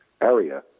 area